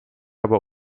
aber